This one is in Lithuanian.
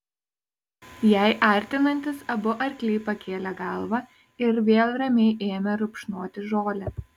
jai artinantis abu arkliai pakėlė galvą ir vėl ramiai ėmė rupšnoti žolę